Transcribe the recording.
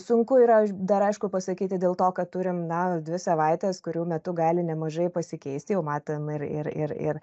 sunku yra dar aišku pasakyti dėl to kad turim na dvi savaites kurių metu gali nemažai pasikeist jau matėm ir ir ir ir